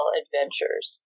adventures